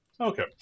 Okay